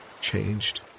changed